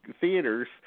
theaters –